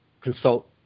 consult